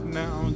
now